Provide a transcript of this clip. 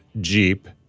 Jeep